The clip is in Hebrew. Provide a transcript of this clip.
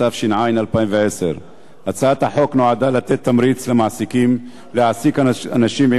התש"ע 2010. הצעת החוק נועדה לתת תמריץ למעסיקים להעסיק אנשים עם